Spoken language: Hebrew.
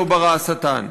לא ברא השטן.